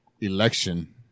Election